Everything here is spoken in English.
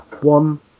one